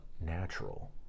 natural